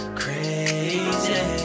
crazy